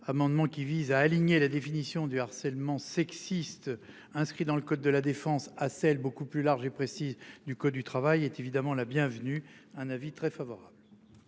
amendement qui vise à aligner la définition du harcèlement sexiste. Inscrit dans le code de la défense à celle beaucoup plus large et précise du code du travail est évidemment la bienvenue. Un avis très favorable.